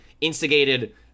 instigated